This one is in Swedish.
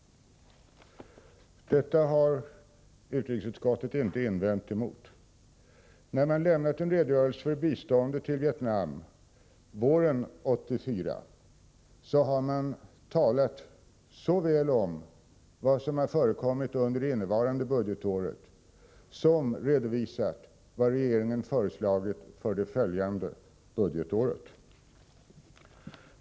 — Detta har utrikesutskottet inte invänt emot. När man våren 1984 i utskottet lämnat en redogörelse för biståndet till Vietnam har man såväl talat om vad som förekommit under det innevarande budgetåret som redovisat vad regeringen föreslagit för det följande budgetåret.